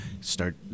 start